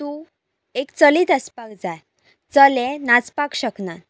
तूं एक चलीच आसपाक जाय चले नाचपाक शकना